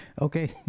okay